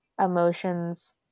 emotions